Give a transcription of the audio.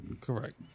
Correct